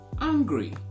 angry